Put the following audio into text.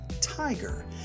tiger